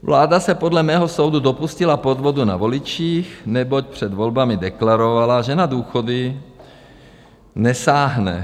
Vláda se podle mého soudu dopustila podvodu na voličích, neboť před volbami deklarovala, že na důchody nesáhne.